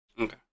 Okay